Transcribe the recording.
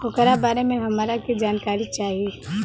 ओकरा बारे मे हमरा के जानकारी चाही?